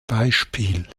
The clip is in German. beispiel